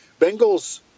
Bengals